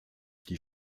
die